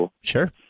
sure